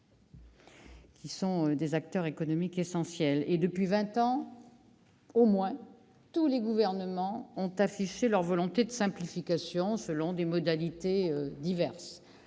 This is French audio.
qui sont des acteurs économiques essentiels. Depuis vingt ans au moins, tous les gouvernements affichent leur volonté de simplifier, selon des modalités diverses.